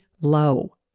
low